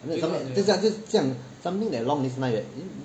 就这样就这样 something along this line that